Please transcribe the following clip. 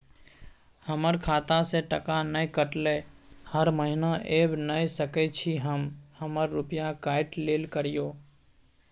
हमर खाता से टका नय कटलै हर महीना ऐब नय सकै छी हम हमर रुपिया काइट लेल करियौ?